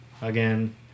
Again